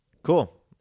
Cool